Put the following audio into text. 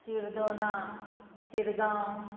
Shirdona Shirgaon